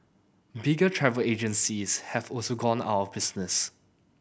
bigger travel agencies have also gone out of business